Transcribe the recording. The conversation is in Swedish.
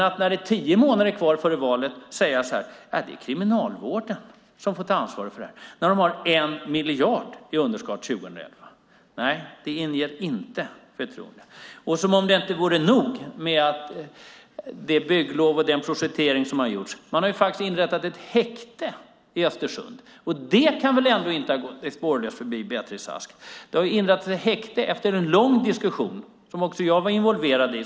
Att tio månader före valet säga: Det är Kriminalvården som får ta ansvar för det, inger inte förtroende när den har 1 miljard i underskott för 2011. Som om det inte vore nog med det bygglov och den projektering som gjorts har man inrättat ett häkte i Östersund. Det kan väl ändå inte ha gått dig spårlöst förbi, Beatrice Ask? Det har inrättats ett häkte efter en lång diskussion, som också jag var involverad i.